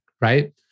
right